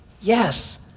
Yes